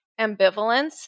ambivalence